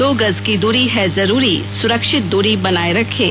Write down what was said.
दो गज की दूरी है जरूरी सुरक्षित दूरी बनाए रखें